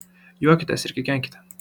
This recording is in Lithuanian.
juokitės ir kikenkite